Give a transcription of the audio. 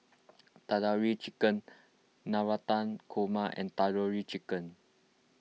Tandoori Chicken Navratan Korma and Tandoori Chicken